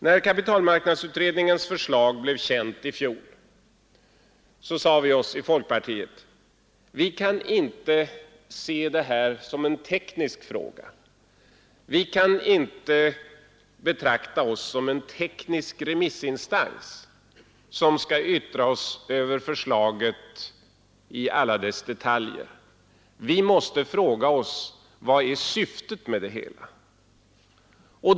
När kapitalmarknadsutredningens förslag blev känt i fjol sade vi oss i folkpartiet: Vi kan inte se detta som en teknisk fråga. Vi kan inte betrakta oss som en teknisk remissinstans och yttra oss över förslaget i alla dess detaljer. Vi måste fråga oss: Vad är syftet med det hela?